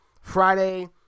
Friday